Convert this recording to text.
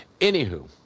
Anywho